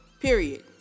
period